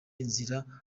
inzira